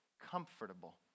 comfortable